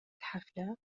الحفلة